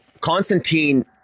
constantine